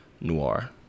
Noir